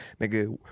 Nigga